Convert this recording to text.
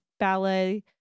Ballet